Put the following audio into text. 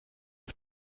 auf